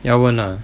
要问 lah